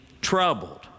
troubled